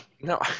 No